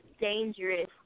dangerous